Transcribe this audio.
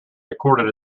recorded